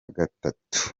gatatu